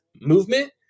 movement